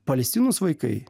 palestinos vaikai